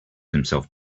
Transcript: himself